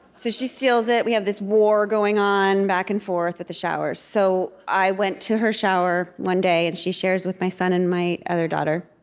so she steals it. we have this war going on, back and forth with the showers. so i went to her shower one day and she shares with my son and my other daughter.